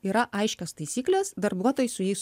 yra aiškios taisyklės darbuotojai su jais